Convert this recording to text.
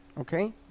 Okay